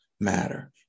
matter